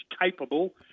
capable